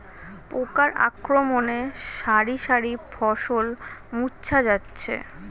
পোকার আক্রমণে শারি শারি ফসল মূর্ছা যাচ্ছে